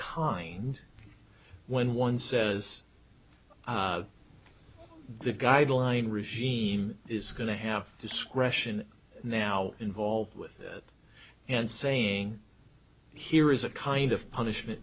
kind when one says the guideline regime is going to have discretion now involved with it and saying here is a kind of punishment